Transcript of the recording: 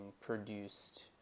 produced